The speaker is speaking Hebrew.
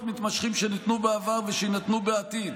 מתמשכים שניתנו בעבר ושיינתנו בעתיד,